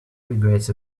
regrets